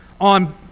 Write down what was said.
on